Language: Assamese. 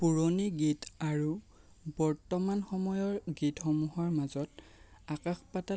পুৰণি গীত আৰু বৰ্তমান সময়ৰ গীতসমূহৰ মাজত আকাশ পাতাল পাৰ্থক্য